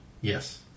Yes